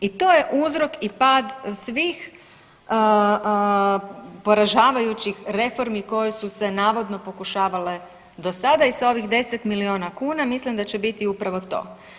I to je uzrok i pad svih poražavajućih reformi koje su se navodno pokušavale do sada i sa ovih 10 milijuna kuna mislim da će biti upravo to.